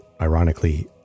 ironically